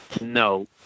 No